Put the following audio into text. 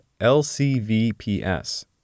LCVPS